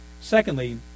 Secondly